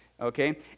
Okay